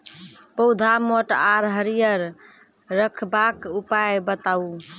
पौधा मोट आर हरियर रखबाक उपाय बताऊ?